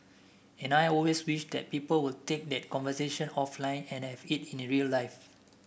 and I always wish that people would take that conversation offline and have it in real life